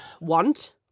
want